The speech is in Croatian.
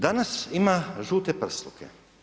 Danas ima žute prsluke.